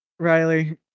Riley